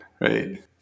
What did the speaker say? right